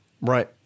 Right